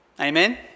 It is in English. Amen